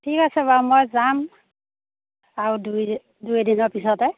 ঠিক আছে বাৰু মই যাম আৰু দুই দুই এদিনৰ পিছতে